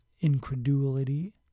incredulity